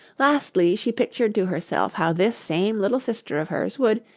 lastly, she pictured to herself how this same little sister of hers would,